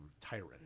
tyrant